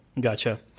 Gotcha